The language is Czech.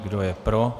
Kdo je pro?